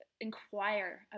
inquire